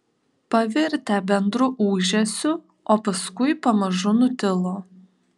pavirtę bendru ūžesiu o paskui pamažu nutilo